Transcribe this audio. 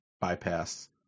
bypass